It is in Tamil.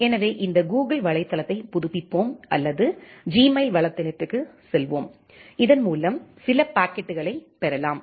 எனவே இந்த கூகிள் வலைத்தளத்தைப் புதுப்பிப்போம் அல்லது ஜிமெயில் வலைத்தளத்திற்குச் செல்வோம் இதன்மூலம் சில பாக்கெட்டுகளைப் பெறலாம்